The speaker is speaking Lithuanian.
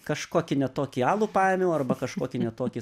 kažkokį ne tokį alų paėmiau arba kažkokį ne tokį